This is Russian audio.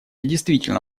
действительно